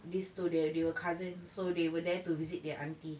this to the~ their cousin so they were there to visit their auntie